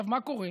עכשיו מה קורה?